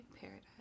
paradise